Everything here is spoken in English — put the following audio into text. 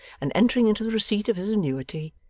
and entering into the receipt of his annuity,